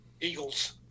Eagles